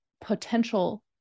potential